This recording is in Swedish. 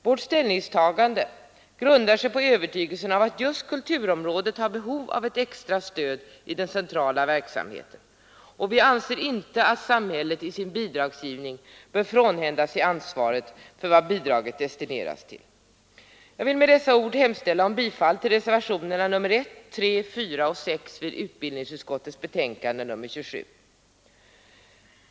Vårt ställningstagande grundar sig på övertygelsen att just kulturområdet har behov av ett extra stöd i den centrala verksamheten, och vi anser inte att samhället i sin bidragsgivning bör frånhända sig ansvaret för vad bidraget destineras till. Jag vill med dessa ord hemställa om bifall till reservationerna 1, 3, 4 och 6 vid utbildningsutskottets betänkande nr 27.